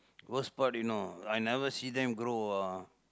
worst part you know I never see them grow ah